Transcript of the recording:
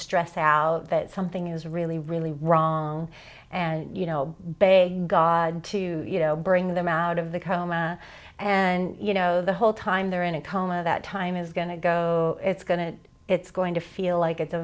stress out that something is really really wrong and you know beg god to bring them out of the coma and you know the whole time they're in a coma that time is going to go it's going to it's going to feel like it's a